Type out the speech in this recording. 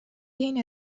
این